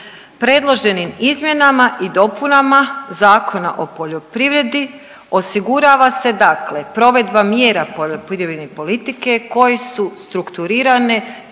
Predloženim izmjenama i dopunama Zakona o poljoprivredi osigurava se dakle provedba mjera poljoprivredne politike koje su strukturirane